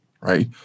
right